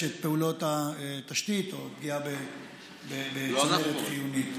את פעולות התשתית או לפגוע בצנרת חיונית.